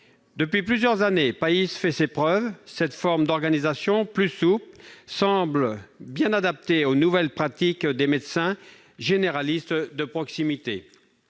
Depuis plusieurs années, PAIS fait ses preuves ! Cette forme d'organisation plus souple semble bien adaptée aux nouvelles pratiques des médecins généralistes de proximité.